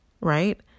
right